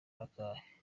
akahe